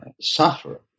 suffer